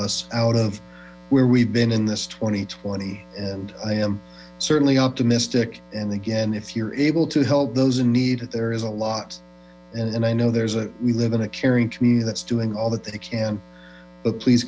us out of where we've been in this twenty twenty and i am certainly optimistic and again if you're able to help those in need there is a lot and i know there's a we live in a caring community that's doing all that they can but please